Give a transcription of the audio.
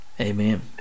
Amen